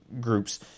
groups